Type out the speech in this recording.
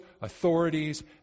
authorities